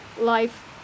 life